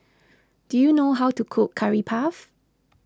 do you know how to cook Curry Puff